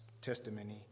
testimony